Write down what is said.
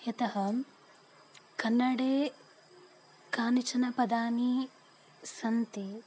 यतः कन्नडे कानिचन पदानि सन्ति